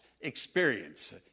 experience